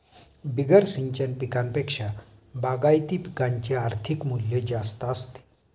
बिगर सिंचन पिकांपेक्षा बागायती पिकांचे आर्थिक मूल्य जास्त असते